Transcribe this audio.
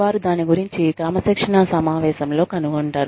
వారు దాని గురించి క్రమశిక్షణా సమావేశంలో కనుగొంటారు